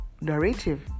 narrative